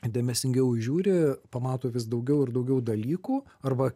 dėmesingiau žiūri pamato vis daugiau ir daugiau dalykų arba